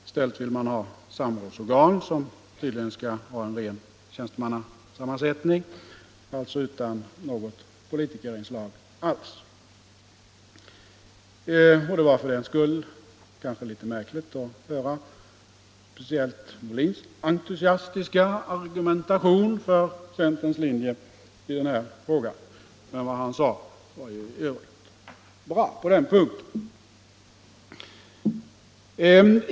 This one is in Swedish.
I stället vill man ha samrådsorgan, som tydligen skall ha en ren tjänstemannasammansättning, alltså utan något politikerinslag. Det var kanske därför litet märkligt att höra speciellt herr Molins entusiastiska argumentation för centerns linje i den här frågan. Vad han sade var i övrigt bra på den punkten.